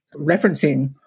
referencing